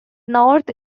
north